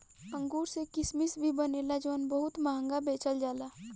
अंगूर से किसमिश भी बनेला जवन बहुत महंगा बेचल जाला